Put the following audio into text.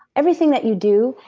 everything that you do,